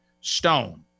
stone